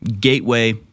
gateway